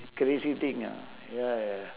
crazy thing ah ya ya